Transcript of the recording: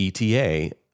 ETA